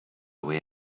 way